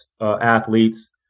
athletes